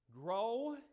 grow